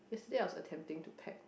yesterday I was attempting to pack